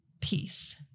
peace